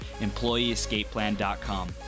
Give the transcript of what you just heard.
employeeescapeplan.com